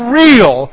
real